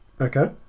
okay